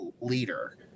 leader